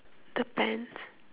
the pants